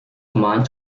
command